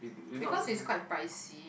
because is quite pricey